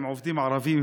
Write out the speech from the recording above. עם עובדים ערבים,